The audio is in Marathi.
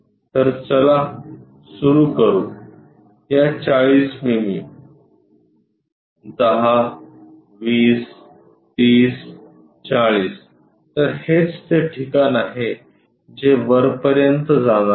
तर चला सुरू करू या 40 मिमी 10203040 तर हेच ते ठिकाण आहे जे वर पर्यंत जाणार आहे